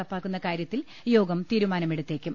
നടപ്പാക്കുന്ന കാര്യത്തിൽ യോഗ്പതീരുമാനമെടുത്തേക്കും